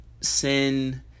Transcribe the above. sin